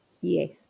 yes